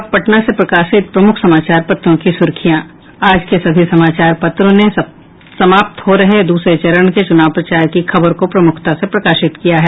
अब पटना से प्रकाशित प्रमुख समाचार पत्रों की सुर्खियां आज के सभी समाचार पत्रों ने समाप्त हो रहे दूसरे चरण के चुनाव प्रचार की खबर को प्रमुखता से प्रकाशित किया है